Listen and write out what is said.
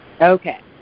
Okay